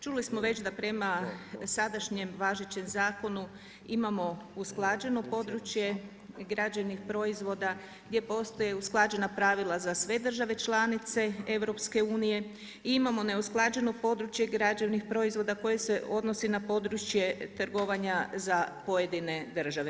Čuli smo već da prema sadašnjem važećem zakonu imamo usklađeno područje građevnih proizvoda gdje postoje usklađena pravila za sve države članice EU i imamo neusklađeno područje građevnih proizvoda koji se odnosi na područje trgovanja za pojedine države.